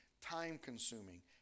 time-consuming